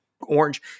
orange